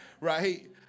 right